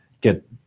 Get